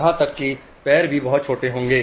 यहां तक कि पैर भी बहुत छोटे होंगे